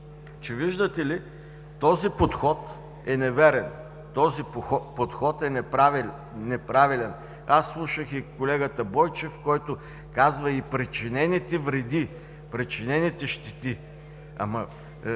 виждате ли, този подход е неверен, неправилен. Слушах и колегата Бойчев, който казва: „и причинените вреди“, „и причинените щети“.